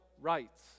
rights